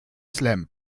slam